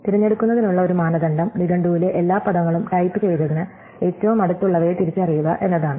തിരഞ്ഞെടുക്കുന്നതിനുള്ള ഒരു മാനദണ്ഡം നിഘണ്ടുവിലെ എല്ലാ പദങ്ങളും ടൈപ്പ് ചെയ്തതിന് ഏറ്റവും അടുത്തുള്ളവയെ തിരിച്ചറിയുക എന്നതാണ്